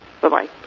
Bye-bye